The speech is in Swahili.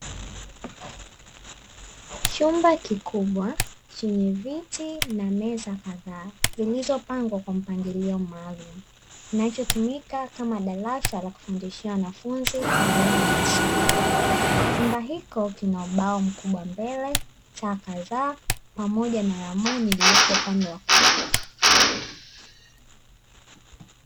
Chumba kikubwa chenye viti na meza kadhaa zilizopangwa kwa mpangilio maalumu kinachotumika kama darasa la kufundishia wanafunzi wa elimu ya msingi, chumba hicho kina ubao mkubwa mbele, taa kadhaa pamoja na ramani iliyopo upande wa kulia.